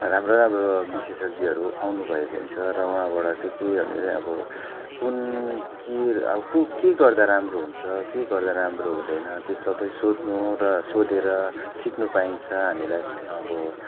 राम्रो राम्रो विशेषज्ञहरू आउनु भएको हुन्छ र उहाँबाट चाहिँ के उनीहरू अब कुन के अब के गर्दा राम्रो हुन्छ के गर्दा राम्रो हुँदैन त्यो सबै सोध्नु र सोधेर सिक्नु पाइन्छ हामीलाई अब